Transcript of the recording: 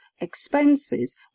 expenses